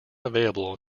available